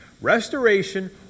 Restoration